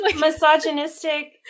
misogynistic